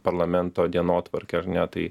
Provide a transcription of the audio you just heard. parlamento dienotvarkę ar ne tai